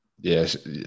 Yes